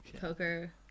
poker